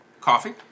coffee